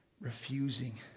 refusing